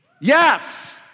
Yes